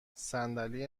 صندلی